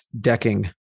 decking